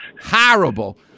horrible